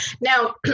Now